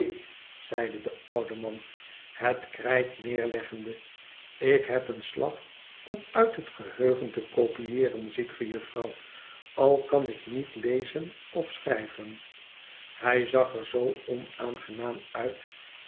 de oude man het krijt neerleggende ik heb een slag om uit het geheugen te kopieeren ziet ge jufvrouw al kan ik niet lezen of schrijven hij zag er zoo onaangenaam uit